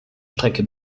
strecke